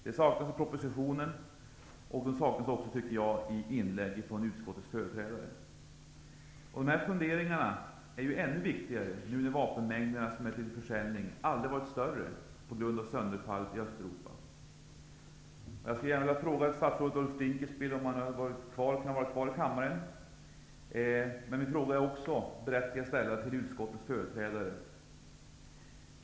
Det saknas i propositionen och även i inlägg från utskottets företrädare. Dessa funderingar blir ännu viktigare, eftersom de mängder vapen som är till försäljning aldrig varit större på grund av sönderfallet i Östeuropa. Ulf Dinkelspiel om han hade varit kvar i kammaren. Men min fråga är också berättigad att ställa till utskottets företrädare.